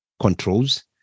controls